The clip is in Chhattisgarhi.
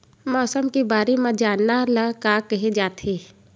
मौसम के बारे म जानना ल का कहे जाथे?